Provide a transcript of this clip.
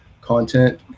content